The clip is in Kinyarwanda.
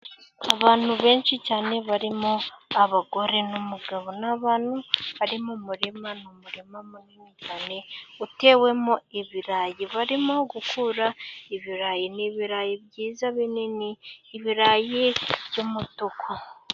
Abantu benshi cyane, barimo abagore n’umugabo, ni abantu bari mu umurima. Ni umurima munini cyane, utewemo ibirayi. Barimo gukura ibirayi, ni ibirayi byiza binini, ibirayi by’umutuku.